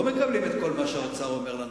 לא מקבלים את כל מה שהאוצר אומר לנו.